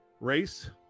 race